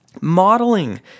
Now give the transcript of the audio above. modeling